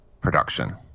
production